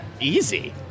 Easy